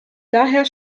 daher